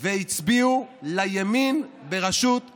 והצביעו לימין בראשות נתניהו.